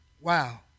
Wow